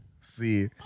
See